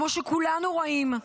כמו שכולנו רואים,